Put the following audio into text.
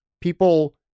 people